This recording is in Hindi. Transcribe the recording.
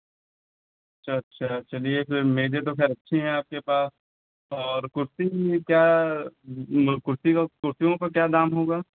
अच्छा चलिए फिर मेज़ें तो खैर अच्छी हैं आपके पास और कुर्सी भी क्या कुर्सी का कुर्सियों का क्या दाम होगा